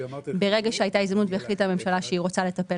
ברגע שהייתה הזדמנות והחליטה הממשלה שהיא רוצה לטפל